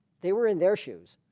they were in their shoes